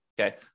okay